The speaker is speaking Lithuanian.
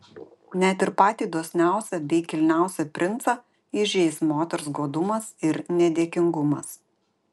net ir patį dosniausią bei kilniausią princą įžeis moters godumas ir nedėkingumas